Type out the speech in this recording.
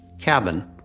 cabin